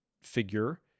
figure